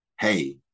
hey